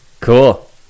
Cool